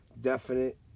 definite